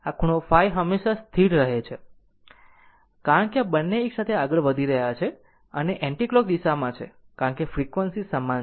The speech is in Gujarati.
આ ખૂણો ϕ હમેશા સ્થિર રહે છે કારણ કે બંને એક સાથે આગળ વધી રહ્યા છે તે એ છે અને એન્ટિકલોક દિશામાં છે આમ કારણ કે ફ્રેક્વંસી સમાન છે